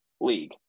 league